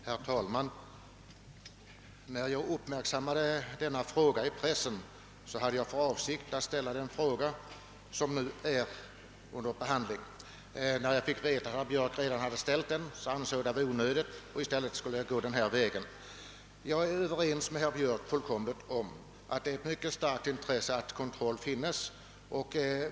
Herr talman! När jag i pressen uppmärksammade vad som hänt i detta fall tänkte jag ställa en fråga av samma innebörd som herr Björks. När jag fick veta att herr Björk redan hade framställt sin fråga, ansåg jag det vara onödigt att även jag ställde en fråga, och jag beslöt att i stället gå den här vägen. Jag är helt överens med herr Björk om att vi har ett mycket stort intresse av att det finns kontroll.